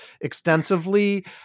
extensively